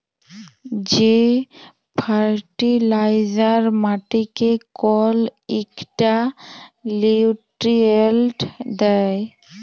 যে ফার্টিলাইজার মাটিকে কল ইকটা লিউট্রিয়েল্ট দ্যায়